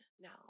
now